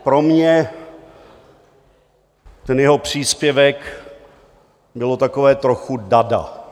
Pro mě ten jeho příspěvek bylo takové trochu dada.